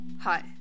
Hi